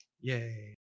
Yay